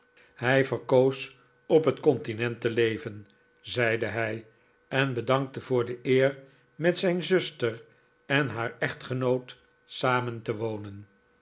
hij verkoos op het continent te leven zeide hij en bedankte voor de eer met zijn zuster en haar echtgenoot samen te wonen